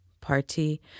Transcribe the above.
party